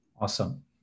awesome